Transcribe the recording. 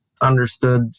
understood